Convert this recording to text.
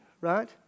right